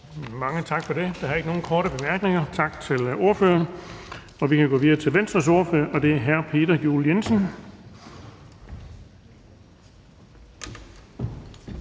Mange tak for det. Der er ikke nogen korte bemærkninger. Tak til ordføreren. Så kan vi gå videre til Enhedslistens ordfører, og det er fru Anne Hegelund.